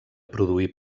produir